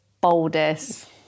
boldest